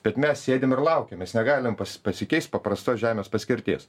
bet mes sėdim ir laukiam mes negalim pas pasikeist paprastos žemės paskirties